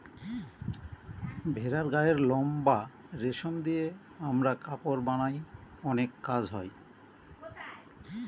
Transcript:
ভেড়ার গায়ের লোম বা রেশম দিয়ে আমরা কাপড় বানায় অনেক কাজ হয়